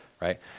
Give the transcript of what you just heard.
right